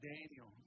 Daniel